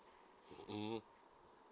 mm